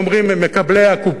עם מקבלי הקופונים,